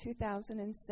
2007